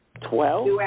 Twelve